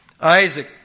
Isaac